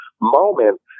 moment